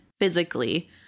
physically